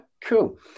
Cool